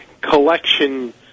collection